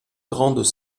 grandes